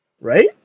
right